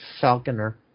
Falconer